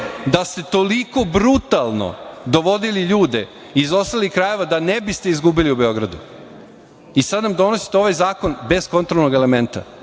da ste toliko brutalno dovodili ljude iz ostalih krajeva da ne biste izgubili u Beogradu i sad nam donosite ovaj zakon bez kontrolnog elementa.